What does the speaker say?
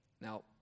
Now